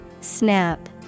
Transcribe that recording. Snap